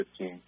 15